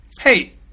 Hey